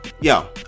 yo